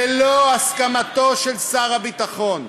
ללא הסכמתו של שר הביטחון?